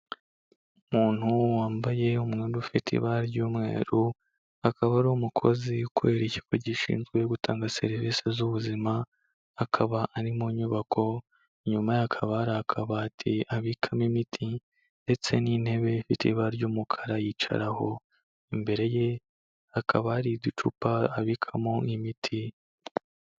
Umuntu wambaye umwenda ufite ibara ry'umweru, akaba ari umukozi ukorera ikigo gishinzwe gutanga serivisi z'ubuzima, akaba ari mu nyubako, inyuma ye hakaba hari akabati abikamo imiti ndetse n'intebe ifite ibara ry'umukara yicaraho. Imbere ye hakaba hari uducupa abikamo imiti.